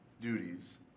duties